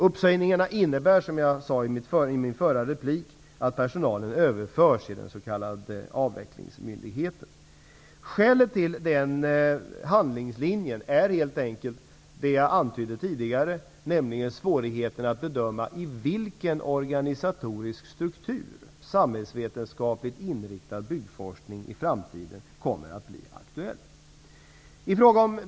Uppsägningarna innebär, som jag sade i mitt förra inlägg, att personalen överförs i den s.k. avvecklingsmyndigheten. Skälet till den handlingslinjen är helt enkelt det jag antydde tidigare, nämligen svårigheten att bedöma i vilken organisatorisk struktur samhällsvetenskapligt inriktad byggforskning i framtiden kommer att bli aktuell.